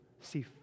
see